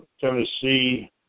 Tennessee